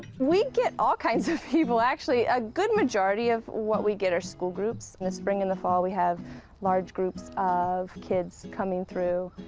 we get all kinds of people actually. a good majority of what we get are school groups. in the spring and the fall, we have large groups of kids coming through.